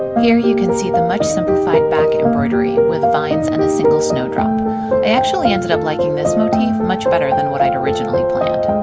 here you can see the much simplified back embroidery, with vines and a single snowdrop. i actually ended up liking this motif much better than what i'd originally planned.